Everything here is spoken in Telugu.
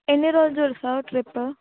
ఎన్ని రోజులు సార్ ట్రిప్పు